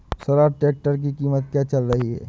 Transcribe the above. Swaraj tractor की कीमत क्या चल रही है?